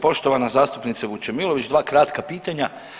Poštovana zastupnice Vučemilović dva kratka pitanja.